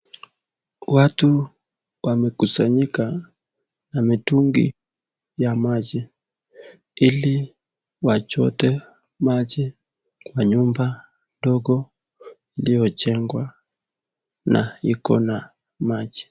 Watu wamekusanyika, na mitungi ya maji ili wachote maji, kwa nyumba dogo iliyojengwa na ikona maji.